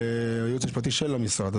הייעוץ המשפטי של המשרד.